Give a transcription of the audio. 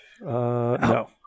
No